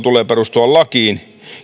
tulee perustua lakiin